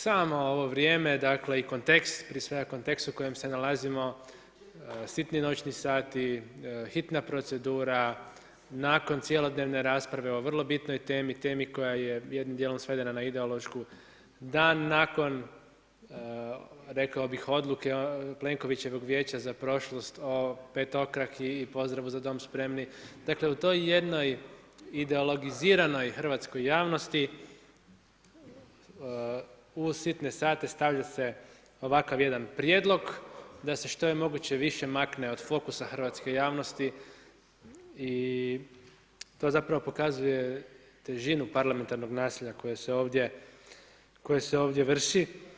Samo ovo vrijeme dakle i kontekst, prije svega kontekst u kojem se nalazimo sitni noćni sati, hitna procedura nakon cjelodnevne rasprave o vrlo bitnoj temi, temi koja je jednim dijelom svede na ideološku da nakon odluke rekao bih Plenkovićevog Vijeća prošlost o petokraki i pozdravu „Za dom spremni“, dakle, u toj jednoj ideologiziranoj hrvatskoj javnosti u sitne sate stavlja se ovakav jedan prijedlog da se što je više moguće makne od fokusa hrvatske javnosti i to zapravo pokazuje težinu parlamentarnog nasilja koje se ovdje vrši.